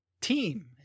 team